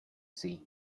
sea